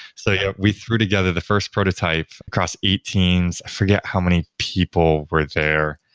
so yeah we threw together the first prototype across eighteen i forget how many people were there.